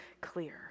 clear